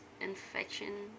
infection